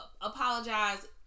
apologize